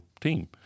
team